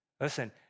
listen